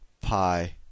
pi